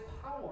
power